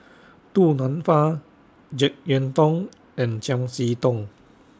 Du Nanfa Jek Yeun Thong and Chiam See Tong